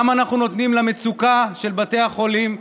גם אנחנו נותנים למצוקה של בתי החולים,